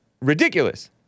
ridiculous